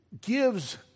gives